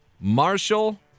Marshall